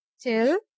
till